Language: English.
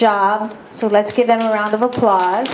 job so let's give them a round of applause